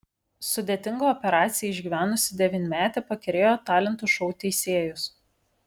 sudėtingą operaciją išgyvenusi devynmetė pakerėjo talentų šou teisėjus